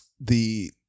the-